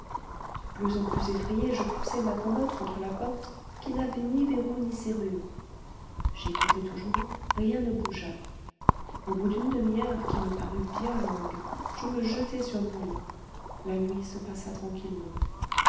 de plus en plus effrayée je poussai ma commode contre la porte qui n'avait ni verrou ni serrure j'écoutai toujours rien ne bougea au bout d'une demi-heure qui me parut bien longue je me jetai sur mon lit la nuit se passa tranquillement